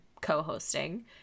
co-hosting